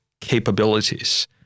capabilities